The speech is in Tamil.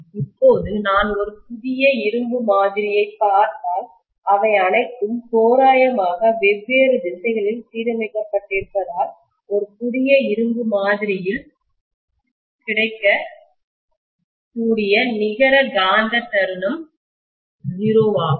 இப்போது நான் ஒரு புதிய இரும்பு மாதிரியைப் பார்த்தால் அவை அனைத்தும் தோராயமாக வெவ்வேறு திசைகளில் சீரமைக்கப்பட்டிருப்பதால் ஒரு புதிய இரும்பு மாதிரியில் கிடைக்கக்கூடிய நிகர காந்த தருணம்மொமென்ட் 0 ஆகும்